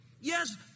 Yes